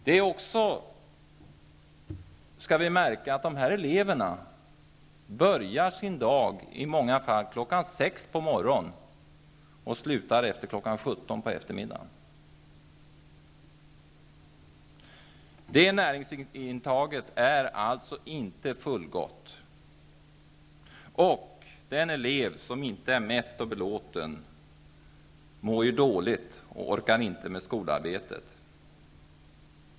Det är att märka att eleverna ofta börjar sin dag kl. 6 på morgonen och slutar efter kl. 17 på eftermiddagen. Deras näringsintag är alltså inte fullgott, och den elev som inte är mätt och belåten mår dåligt och orkar inte med skolarbetet.